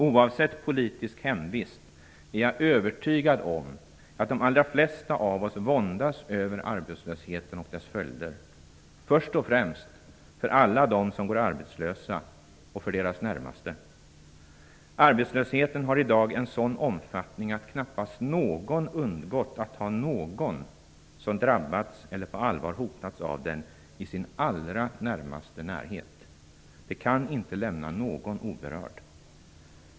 Jag är övertygad om att de allra flesta av oss, oavsett politisk hemvist, våndas över arbetslösheten och dess följder först och främst för alla dem som går arbetslösa och för deras närmaste. Arbetslösheten har i dag en sådan omfattning att knappast någon undgått att ha någon som drabbats eller på allvar hotats av den i sin allra närmaste närhet. Det kan inte lämna någon oberörd.